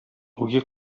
үги